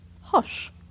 Hush